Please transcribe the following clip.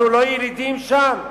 אנחנו לא ילידים שם?